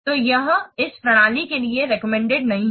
तो यह इस प्रणाली के लिए रेकमेंडेड नहीं है